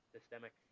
systemic